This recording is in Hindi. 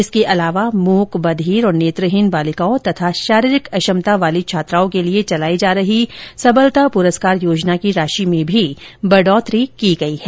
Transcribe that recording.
इसके अलावा मूक बधिर और नेत्रहीन बालिकाओं तथा शारीरिक अक्षमता वाली छात्राओं के लिए चलाई जा रही सबलता पुरस्कार योजना की राशि में भी बढ़ोतरी की गई है